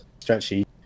stretchy